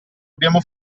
abbiamo